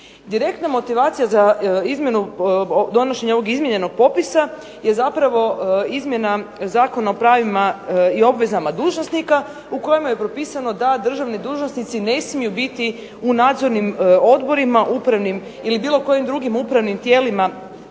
Direktno motivacija za izmjenu donošenja ovog izmijenjenog popisa je zapravo izmjena Zakona o pravima i obvezama dužnosnika u kojima je propisano da državni dužnosnici ne smiju biti u nadzornim odborima, upravnim ili bilo kojim drugim upravnim tijelima